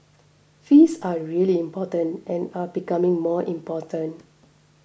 fees are really important and are becoming more important